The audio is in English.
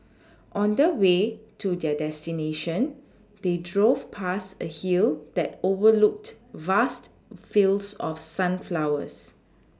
on the way to their destination they drove past a hill that overlooked vast fields of sunflowers